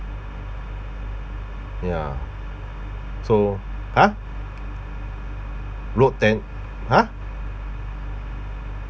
ya so !huh! look then !huh!